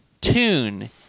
tune